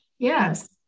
Yes